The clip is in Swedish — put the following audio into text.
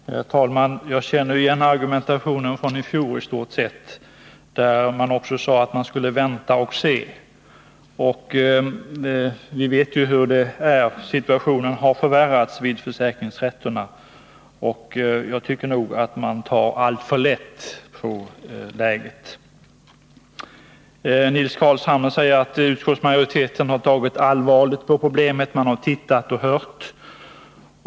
Herr talman! Jag känner i stort sett igen argumentationen från i fjol, då man också sade att man skulle vänta och se. Vi vet ju hur det är: situationen vid försäkringsrätterna har förvärrats. Jag tycker att man tar alltför lätt på läget där. Nils Carlshamre sade att utskottsmajoriteten har tagit allvarligt på problemet, att man både har tittat och hört.